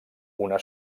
una